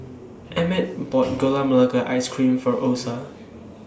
Emmett bought Gula Melaka Ice Cream For Osa